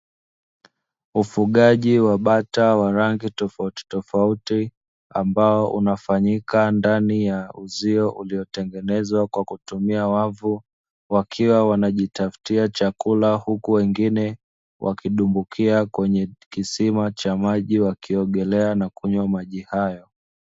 Ufugaji wa bata wa rangi tofautitofauti ambao unafanyika ndani ya uzio uliotengenezwa kwa kutumia wavu, wakiwa wanajitafutia chakula huku wengine wakidumbukia kwenye kisima cha maji wakiogelea na kunywa maji hayo.